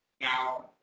Now